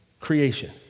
creation